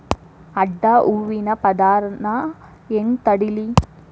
ಅಡ್ಡ ಹೂವಿನ ಪದರ್ ನಾ ಹೆಂಗ್ ತಡಿಲಿ?